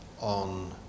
on